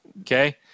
okay